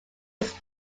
was